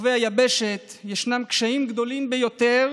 ברחבי היבשת ישנם קשיים גדולים ביותר